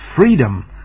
freedom